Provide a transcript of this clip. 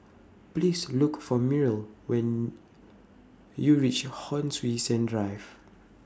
Please Look For Myrl when YOU REACH Hon Sui Sen Drive